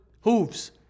hooves